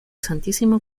santísimo